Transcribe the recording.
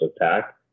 attack